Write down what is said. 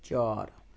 चार